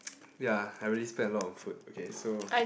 ya I really spend a lot on food okay so